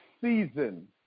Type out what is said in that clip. season